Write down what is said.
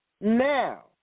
Now